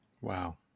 Wow